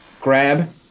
grab